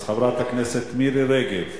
אז חברת הכנסת מירי רגב.